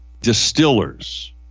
distillers